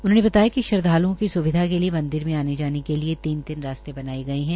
उन्होंने बताया बताया कि श्रदधाल्ओं की सुविधा के लिये मंदिर में आने जाने के लिये तीन तीन रास्ते बनाये गये है